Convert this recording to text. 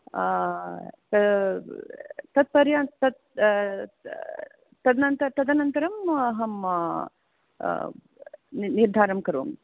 त तत्पर्यन्त तत् नन्तरं तदनन्तरं अहं नि निर्धारं करोमि